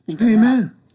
Amen